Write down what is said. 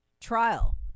trial